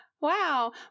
Wow